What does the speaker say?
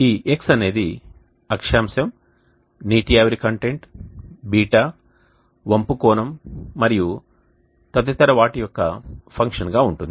ఈ x అనేది అక్షాంశం నీటి ఆవిరి కంటెంట్ బీటా వంపు కోణం మరియు తదితర వాటి యొక్క ఫంక్షన్ గా ఉంటుంది